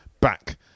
back